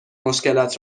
مشکلات